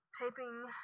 taping